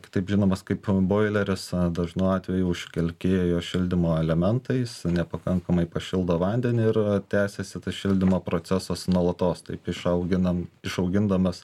kitaip žinomas kaip boileris dažnu atveju užkalkėja jo šildymo elementais nepakankamai pašildo vandenį ir tęsiasi tas šildymo procesas nuolatos taip išauginam išaugindamas